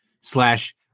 slash